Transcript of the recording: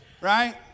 right